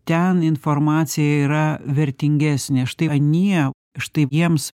ten informacija yra vertingesnė štai anie štai jiems